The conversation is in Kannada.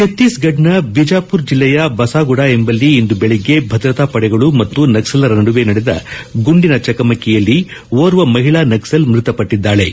ಛತ್ತೀಸ್ಗಢದ ಬಿಜಾಪುರ್ ಜಿಲ್ಲೆಯ ಬಸಾಗುಡ ಎಂಬಲ್ಲಿ ಇಂದು ಬೆಳಗ್ಗೆ ಭದ್ರತಾ ಪಡೆಗಳು ಮತ್ತು ನಕ್ಸಲರ ನಡುವೆ ನಡೆದ ಗುಂಡಿನ ಚಕಮಕಿಯಲ್ಲಿ ಓರ್ವ ಮಹಿಳಾ ನಕ್ಪಲ್ ಮೃತಪಟ್ಟಿದ್ದಾಳಿ